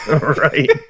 Right